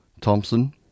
Thompson